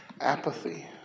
apathy